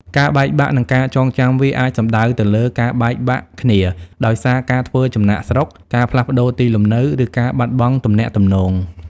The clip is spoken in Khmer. ការបែកបាក់ និងការចងចាំវាអាចសំដៅទៅលើ ការបែកបាក់គ្នា ដោយសារការធ្វើចំណាកស្រុក ការផ្លាស់ប្ដូរទីលំនៅ ឬការបាត់បង់ទំនាក់ទំនង។